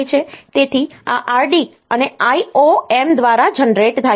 તેથી આ RD અને IOM દ્વારા જનરેટ થાય છે